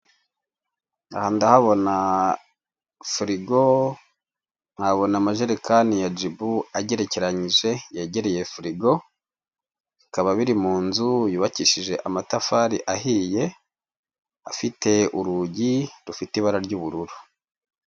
Aha ndahabona furigo nkahabona amajerekani ya Jibu agerekeranyije yegereye furigo, bikaba biri mu nzu yubakishije amatafari ahiye afite urugi rufite ibara ry'ubururu.